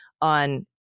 on